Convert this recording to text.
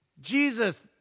Jesus